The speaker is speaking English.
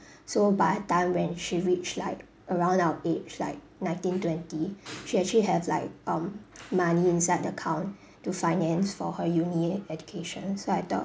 so by time when she reached like around our age like nineteen twenty she actually have like um money inside the account to finance for her uni education so I thought